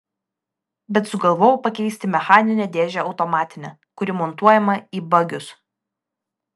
bet sugalvojau pakeisti mechaninę dėžę automatine kuri montuojama į bagius